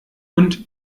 und